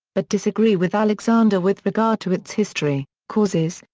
but disagree with alexander with regard to its history, causes,